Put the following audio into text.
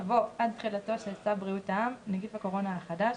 יבוא "עד תחילתו של צו בריאות העם (נגיף הקורונה החדש)